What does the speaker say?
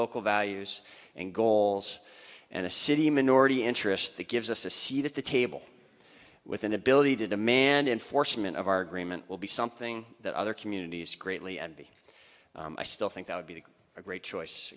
local values and goals and a city minority interest that gives us a seat at the table with an ability to demand enforcement of our agreement will be something that other communities greatly and i still think i would be a great choice